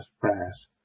prayers